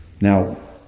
Now